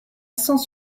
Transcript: sans